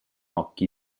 occhi